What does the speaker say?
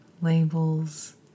labels